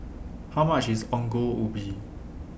How much IS Ongol Ubi